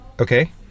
Okay